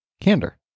Candor